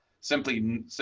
simply